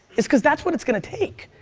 is cause that's what it's gonna take.